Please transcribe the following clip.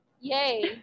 yay